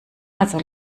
also